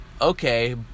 Okay